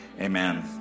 amen